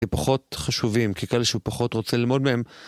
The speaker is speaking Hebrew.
פחות חשובים, כי כאלה שהוא פחות רוצה ללמוד מהם.